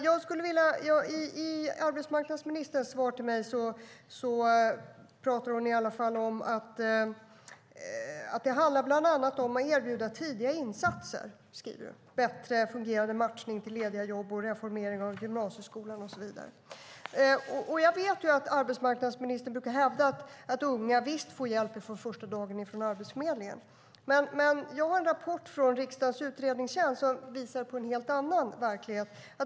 I arbetsmarknadsministerns svar till mig skriver hon om att det bland annat handlar om att erbjuda tidiga insatser. Det gäller bättre fungerande matchning till lediga jobb, reformering av gymnasieskolan och så vidare. Jag vet att arbetsmarknadsministern brukar hävda att unga visst får hjälp från Arbetsförmedlingen från första dagen. Men jag har en rapport från riksdagens utredningstjänst som visar på en helt annan verklighet.